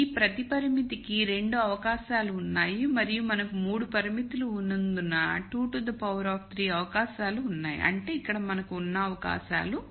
ఈ ప్రతి పరిమితి కి 2 అవకాశాలు ఉన్నాయి మరియు మనకు 3 పరిమితులు ఉన్నందున 2 to the power 3 అవకాశాలు ఉన్నాయి అంటే ఇక్కడ మనకు ఉన్న అవకాశాలు 8